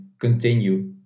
continue